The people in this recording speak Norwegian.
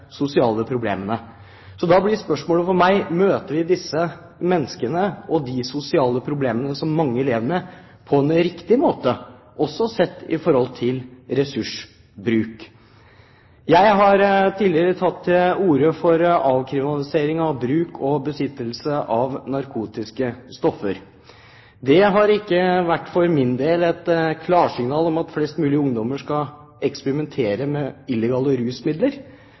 sosiale problemene. Da blir spørsmålet for meg: Møter vi disse menneskene og de sosiale problemene som mange lever med, på den riktige måten – også sett i forhold til ressursbruk? Jeg har tidligere tatt til orde for avkriminalisering av bruk og besittelse av narkotiske stoffer. Det har ikke for min del vært et klarsignal til at flest mulig ungdommer skal eksperimentere med illegale rusmidler,